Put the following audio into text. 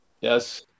Yes